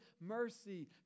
mercy